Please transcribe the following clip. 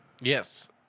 Yes